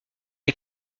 est